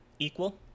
Equal